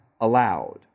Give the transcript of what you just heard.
allowed